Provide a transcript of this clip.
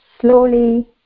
slowly